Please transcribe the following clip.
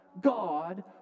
God